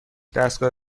دستگاه